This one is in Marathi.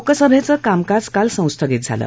लोकसभेचं कामकाज काल संस्थगित झालं